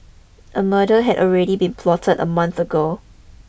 a murder had already been plotted a month ago